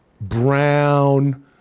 brown